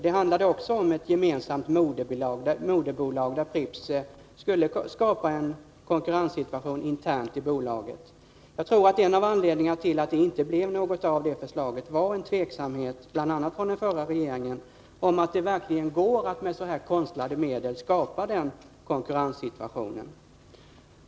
Det handlade då också om ett gemensamt moderbolag, där Pripps skulle skapa en konkurrenssituation internt i bolaget. Jag tror att en av anledningarna till att det förslaget inte ledde till något resultat var en osäkerhet om, bl.a. hos den förra regeringen, att det verkligen går att med sådana här konstlade medel skapa denna konkurrenssituation.